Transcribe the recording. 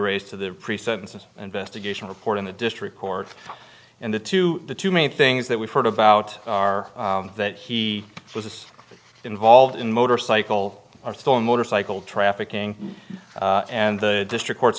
raised to the pre sentence investigation report in the district court and the two the two main things that we've heard about are that he was involved in motorcycle are still in motorcycle trafficking and the district court